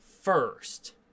First